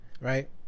Right